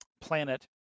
planet